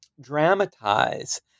dramatize